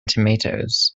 tomatoes